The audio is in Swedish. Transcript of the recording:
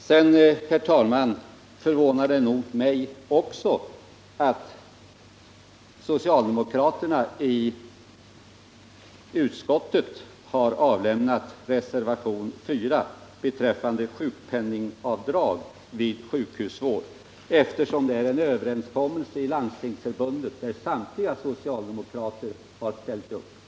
Sedan, herr talman, förvånar det nog mig också att socialdemokraterna i utskottet har avlämnat reservationen 4 beträffande sjukpenningavdrag vid sjukhusvård, eftersom det finns en överenskommelse i Landstingsförbundet, som samtliga socialdemokrater har ställt sig bakom.